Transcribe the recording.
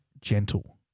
gentle